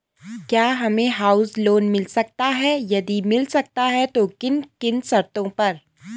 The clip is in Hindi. क्या हमें हाउस लोन मिल सकता है यदि मिल सकता है तो किन किन शर्तों पर?